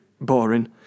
boring